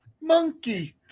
Monkey